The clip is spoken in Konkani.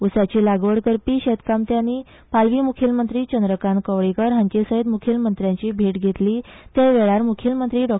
ऊसाची लागवड करपी शेतकामत्यांनी पालवी मुखेलमंत्री चंद्रकांत कवळेंकार हांचे सयत मुखेलमंत्र्याची भेट घेतली त्या वेळार मुखेलमंत्री डॉ